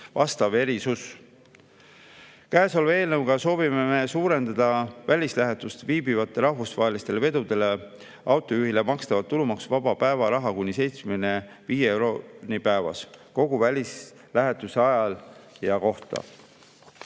vastav erisus. Käesoleva eelnõuga soovime me suurendada välislähetuses viibivale rahvusvaheliste vedude autojuhile makstavat tulumaksuvaba päevaraha kuni 75 euroni päevas kogu välislähetuse aja kohta.